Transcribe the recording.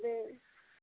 ते